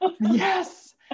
Yes